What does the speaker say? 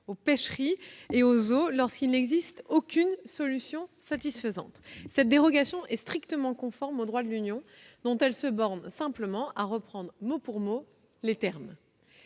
aux pêcheries et aux eaux lorsqu'il n'existe aucune solution satisfaisante. Cette dérogation est strictement conforme au droit de l'Union, dont elle se borne simplement à reprendre les termes